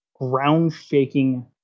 ground-shaking